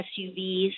SUVs